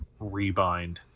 rebind